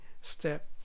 step